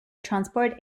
transport